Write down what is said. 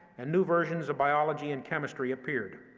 and new versions of biology and chemistry appeared.